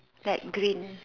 like green